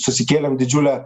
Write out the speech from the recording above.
susikėlėm didžiulę